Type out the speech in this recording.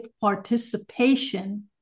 participation